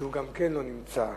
שגם הוא לא נמצא.